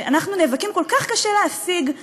שאנחנו נאבקים כל כך קשה להשיג אותו